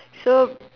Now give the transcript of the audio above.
so